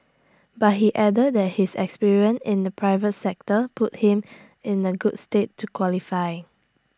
but he added that his experience in the private sector puts him in A good stead to qualify